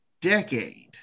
decade